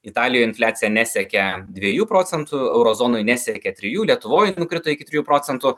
italijoj infliacija nesiekia dviejų procentų euro zonoj nesiekia tijų lietuvoje nukrito iki trijų procentų